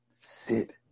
Sit